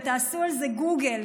ותעשו על זה גוגל,